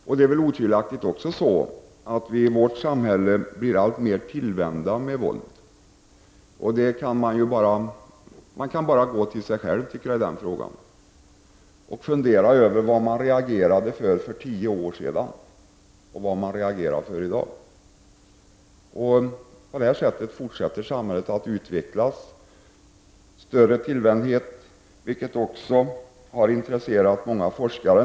Otvivelaktigt blir vi också i vårt samhälle alltmer tillvänjda när det gäller våld. Man kan bara gå till sig själv i den frågan och fundera över vad man reagerade över för tio år sedan och vad man reagerar över i dag. På detta sätt fortsätter samhället att utveckla större tillvänjdhet, vilket också har intresserat många forskare.